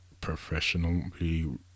professionally